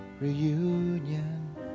Reunion